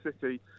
City